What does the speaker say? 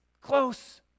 close